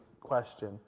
question